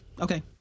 okay